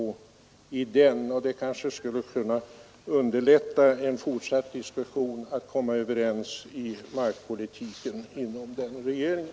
Det kanske skulle underlätta en fortsatt diskussion att komma överens om markpolitiken inom den regeringen.